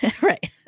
right